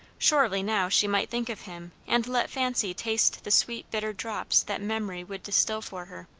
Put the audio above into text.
surely now she might think of him, and let fancy taste the sweet bitter drops that memory would distil for her.